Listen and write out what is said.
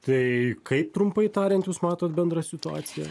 tai kaip trumpai tariant jūs matot bendrą situaciją